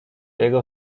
jego